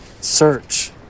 search